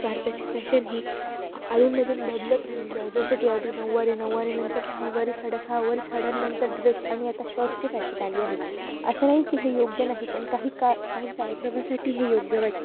भारताची फॅशन ही अधूनमधून बदलत राहिलेली आहे जसं की आधी नऊवारी नऊवारी नंतर सहावारी साड्या सहावारी साड्यांनंतर ड्रेस आणि आता शर्टसची फॅशन आली आहे असं नाही की हे योग्य नाही पण काही का काही कार्यक्रमासाठी हे योग्य वाटतं